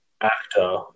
actor